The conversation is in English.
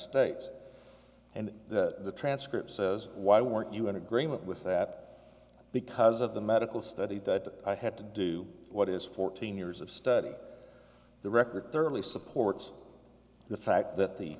states and that the transcript says why weren't you in agreement with that because of the medical study that i had to do what is fourteen years of study the record early supports the fact that the